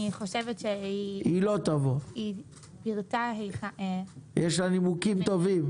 אני חושבת שהיא פירטה --- יש לה נימוקים טובים.